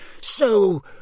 So